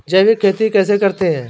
जैविक खेती कैसे करते हैं?